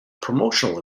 promotional